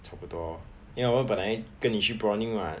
差不多 lor 因为我们本来跟你去 prawning [what]